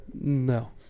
No